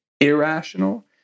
irrational